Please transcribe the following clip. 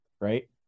right